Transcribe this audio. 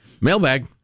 Mailbag